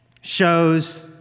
shows